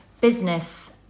business